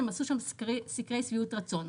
הם עשו שם סקרי שביעות רצון.